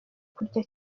kurya